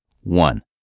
one